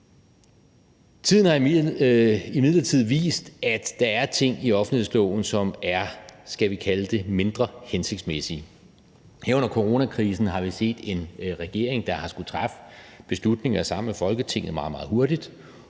Tiden har imidlertid vist, at der er ting i offentlighedsloven, som er, skal vi kalde det mindre hensigtsmæssige. Her under coronakrisen har vi set en regering, der har skullet træffe beslutninger sammen med Folketinget meget, meget